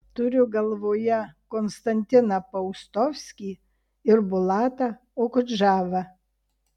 turiu galvoje konstantiną paustovskį ir bulatą okudžavą